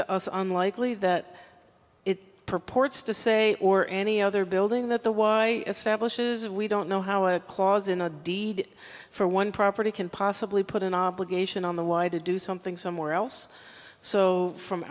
to us on likely that it purports to say or any other building that the why stablish is we don't know how a clause in a deed for one property can possibly put an obligation on the why to do something somewhere else so from